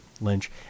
Lynch